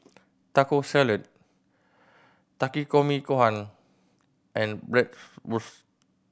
Taco Salad Takikomi Gohan and Bratwurst